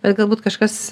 bet galbūt kažkas